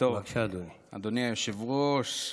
אדוני היושב-ראש,